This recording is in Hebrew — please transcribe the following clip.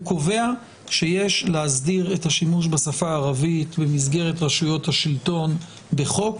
הוא קובע שיש להסדיר את השימוש בשפה הערבית במסגרת רשויות השלטון בחוק.